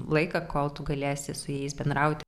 laiką kol tu galėsi su jais bendrauti